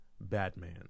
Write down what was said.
Batman